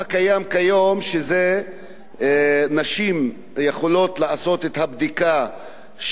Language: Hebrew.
נשים יכולות לעשות את בדיקת הממוגרפיה,